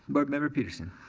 board member petersen.